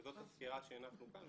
וזאת הסקירה שהנחנו כאן.